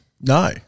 No